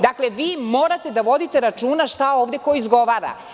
Dakle, morate da vodite računa šta ko ovde izgovara.